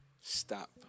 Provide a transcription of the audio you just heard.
Stop